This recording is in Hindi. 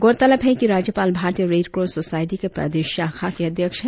गौरतलब है कि राज्यपाल भारतीय रेडक्रॉस सोसायटी के प्रदेश शाखा के अध्यक्ष है